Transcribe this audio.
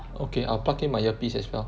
okay I'll plug in my earpiece as well